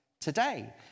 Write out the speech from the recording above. today